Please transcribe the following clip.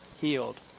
healed